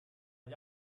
gli